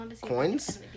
coins